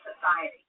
Society